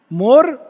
more